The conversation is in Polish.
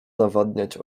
nawadniać